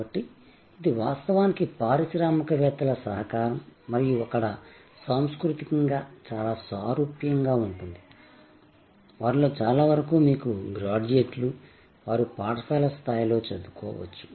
కాబట్టి ఇది వాస్తవానికి పారిశ్రామికవేత్తల సహకారం మరియు అక్కడ సాంస్కృతికంగా చాలా సారూప్యంగా ఉంటుంది వారిలో చాలా వరకు మీకు గ్రాడ్యుయేట్లు వారు పాఠశాల స్థాయిలో చదువుకోవచ్చు